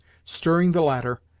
stirring the latter,